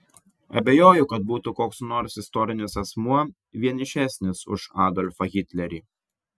abejoju kad būtų koks nors istorinis asmuo vienišesnis už adolfą hitlerį